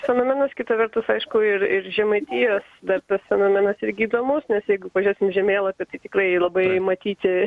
fenomenas kita vertus aišku ir ir žemaitijos dar tas fenomenas irgi įdomus nes jeigu pažiūrėsim į žemėlapį tai tikrai labai matyti